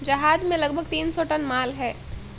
जहाज में लगभग तीन सौ टन माल है